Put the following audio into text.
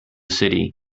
city